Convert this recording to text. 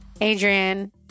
Adrian